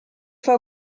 fue